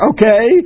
Okay